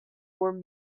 were